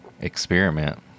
experiment